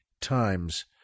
times